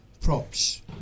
props